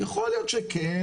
יכול להיות שכן.